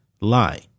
lie